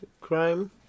crime